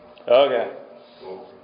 Okay